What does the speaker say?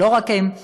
אבל לא רק הם,